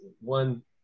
one